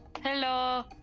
Hello